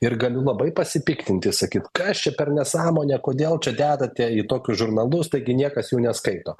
ir galiu labai pasipiktinti sakyt kas čia per nesąmonė kodėl čia dedate į tokius žurnalus taigi niekas jų neskaito